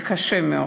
זה קשה מאוד.